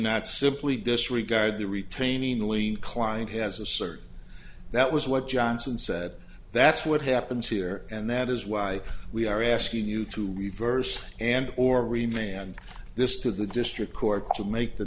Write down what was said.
not simply disregard the retaining lien client has asserted that was what johnson said that's what happens here and that is why we are asking you to reverse and or remain on this to the district court to make the